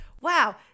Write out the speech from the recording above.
Wow